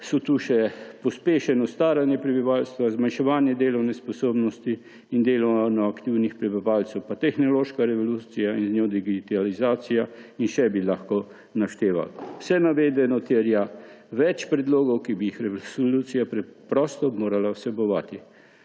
tu so še pospešeno staranje prebivalstva, zmanjševanje delovne sposobnosti in delovno aktivnih prebivalcev, tehnološka revolucija in z njo digitalizacija. In še bi lahko naštevali. Vse navedeno terja več predlogov, ki bi jih resolucija preprosto morala vsebovati.